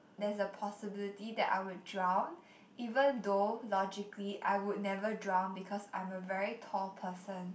there's a possibility that I would drown even though logically I would never drown because I'm a very tall person